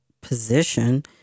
position